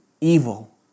evil